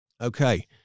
Okay